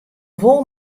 wol